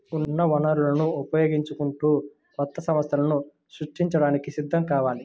ఉన్న వనరులను ఉపయోగించుకుంటూ కొత్త సంస్థలను సృష్టించడానికి సిద్ధం కావాలి